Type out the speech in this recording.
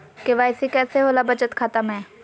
KYC कैसे होला बचत खाता में?